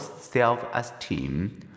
self-esteem